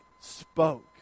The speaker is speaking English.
spoke